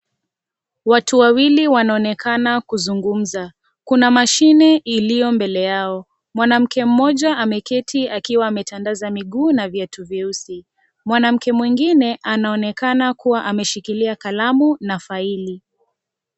Watu wawili wanaonekana kuzungumza. Kuna mashine iliyo mbele yao, mwanamke mmoja ameketi akiwa ametandaza miguu na viatu vyeusi, mwanamke mwingine anaonekana kuwa ameshikilia kalamu na faili.